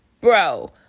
Bro